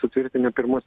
sutvirtinę pirmus